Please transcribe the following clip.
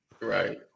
right